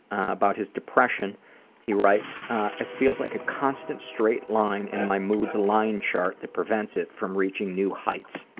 about his depression he writes it feels like a constant straight line in my mood's line chart that prevents it from reaching new heights.